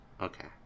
Okay